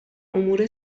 امور